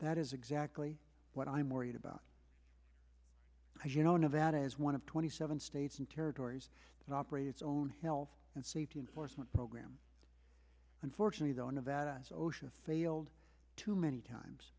that is exactly what i'm worried about because you know nevada is one of twenty seven states and territories operate its own health and safety enforcement program unfortunately though nevada osha failed too many times